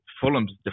Fulham's